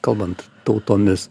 kalbant tautomis